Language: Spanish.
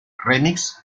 remix